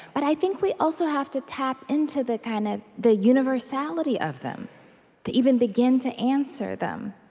but i think we also have to tap into the kind of the universality of them to even begin to answer them.